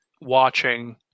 watching